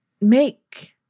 make